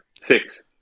Six